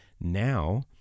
now